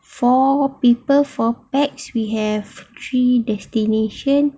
four people four pax we have three destination